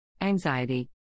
Anxiety